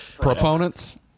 Proponents